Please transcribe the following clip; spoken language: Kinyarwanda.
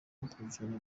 bakurikirana